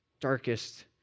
darkest